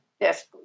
Yes